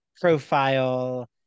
profile